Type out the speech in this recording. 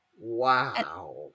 Wow